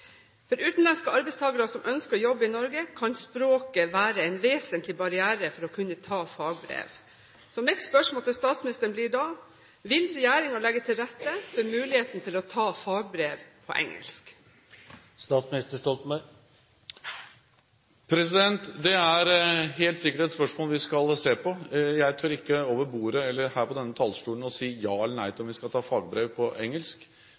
For utenlandske arbeidstakere som ønsker å jobbe i Norge, kan språket være en vesentlig barriere for å kunne ta fagbrev. Mitt spørsmål til statsministeren blir da: Vil regjeringen legge til rette for muligheten til å ta fagbrev på engelsk? Det er helt sikkert et spørsmål vi skal se på. Jeg tør ikke over bordet eller her på denne talerstolen si ja eller nei til om man skal kunne ta fagbrev på engelsk,